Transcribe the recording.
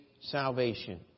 salvation